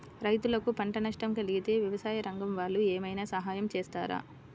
రైతులకు పంట నష్టం కలిగితే వ్యవసాయ రంగం వాళ్ళు ఏమైనా సహాయం చేస్తారా?